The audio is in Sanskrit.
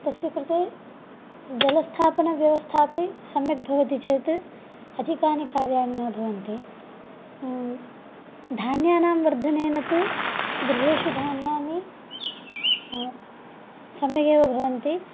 तस्य कृते जलस्थापनाव्यवस्था अपि सम्यक् भवति चेत् अधिकानि कार्याणि न भवन्ति धान्यानां वर्धनेन तु गृहेषु धान्यानि सम्यगेव भवन्ति